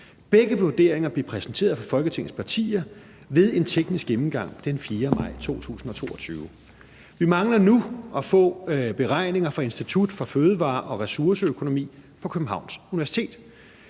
Begge vurderinger blev præsenteret for Folketingets partier ved en teknisk gennemgang den 4. maj 2022. Vi mangler nu at få beregninger fra Institut for Fødevare- og Ressourceøkonomi på Københavns Universitet.